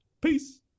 Peace